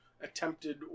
attempted